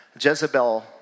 Jezebel